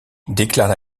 déclarent